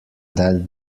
that